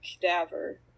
Cadaver